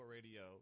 Radio